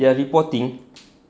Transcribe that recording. their reporting